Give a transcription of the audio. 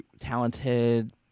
talented